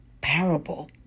parable